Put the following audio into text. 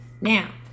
Now